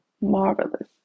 marvelous